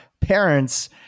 parents